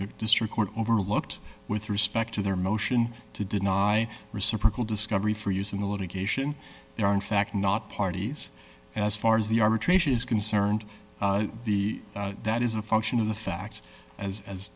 the district court overlooked with respect to their motion to deny reciprocal discovery for use in the litigation they are in fact not parties and as far as the arbitration is concerned the that is a function of the facts as as